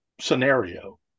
scenario